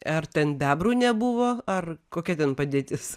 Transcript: ar ten bebrų nebuvo ar kokia ten padėtis